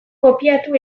kopiatu